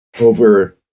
over